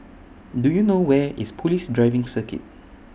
Do YOU know Where IS Police Driving Circuit